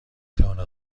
توانم